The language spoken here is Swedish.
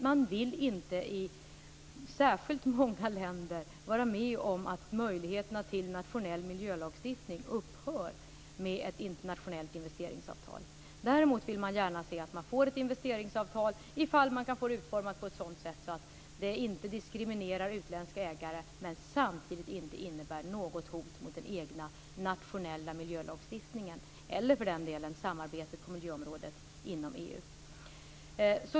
Man vill inte i särskilt många länder vara med om att möjligheten till nationell miljölagstiftning upphör med ett internationellt investeringsavtal. Däremot vill man gärna se att man får ett investeringsavtal ifall man kan få det utformat på ett sådant sätt att det inte diskriminerar utländska ägare och samtidigt inte innebär något hot mot den nationella miljölagstiftningen eller för den delen samarbetet på miljöområdet inom EU.